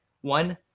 One